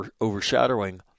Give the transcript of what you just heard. overshadowing